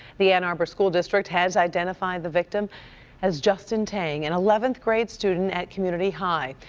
the ann arbor school district has identified the victim as justin tang, and a eleventh great student at community high.